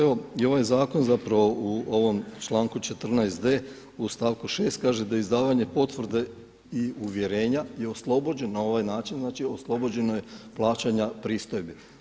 Evo i ovaj zakon zapravo u ovom članku 14d. u stavku 6. kaže da izdavanje potvrde i uvjerenja je oslobođeno na ovaj način, znači oslobođeno je plaćanja pristojbi.